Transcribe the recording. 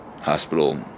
hospital